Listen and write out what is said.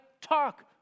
talk